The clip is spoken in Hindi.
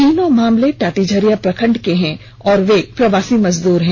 तीनों मामले टाटीझरिया प्रखंड के हैं और प्रवासी मजदूर हैं